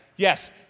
Yes